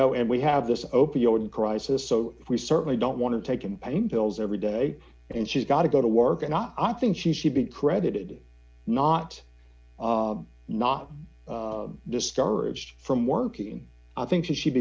know and we have this opioid crisis so we certainly don't want to take him pain pills every day and she's got to go to work and i think she should be credited not not discouraged from working i think she'd